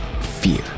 Fear